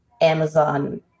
Amazon